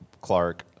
Clark